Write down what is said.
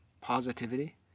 positivity